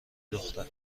دختر